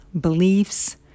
beliefs